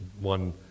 one